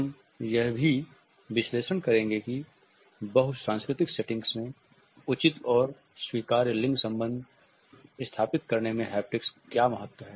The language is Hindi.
हम यह भी विश्लेषण करेंगे कि बहु सांस्कृतिक सेटिंग में उचित और स्वीकार्य लिंग संबंध स्थापित करने में हैप्टिक्स का क्या महत्व है